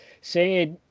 say